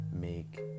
make